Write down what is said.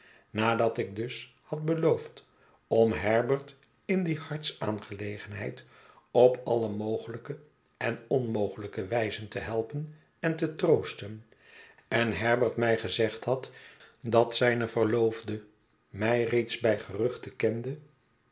nadat ik dus had beloofd om herbert in die hartsaangelegenheid op alle mogelijke en onmogelijke wijzen te helpen en te troosten en herbert mij gezegd had dat zijne verloofde mij reeds bij geruchte kende